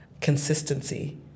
consistency